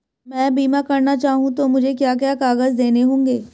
मैं बीमा करना चाहूं तो मुझे क्या क्या कागज़ देने होंगे?